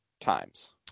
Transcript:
times